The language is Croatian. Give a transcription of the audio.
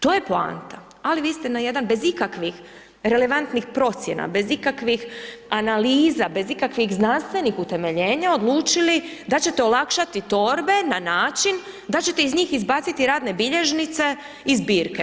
To je poanta, ali vi ste na jedan bez ikakvih relevantnih procjena, bez ikakvih analiza, bez ikakvih znanstvenih utemeljenja, odlučili da ćete olakšati torbe na način da ćete iz njih izbaciti radne bilježnice i zbirke.